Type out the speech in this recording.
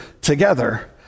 together